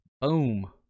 Boom